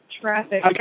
traffic